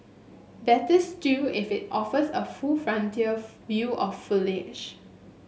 better still if it offers a full frontal view of foliage